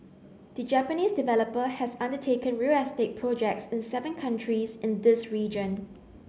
the Japanese developer has undertaken real estate projects in seven countries in this region